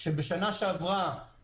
בשנה שעברה